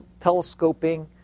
telescoping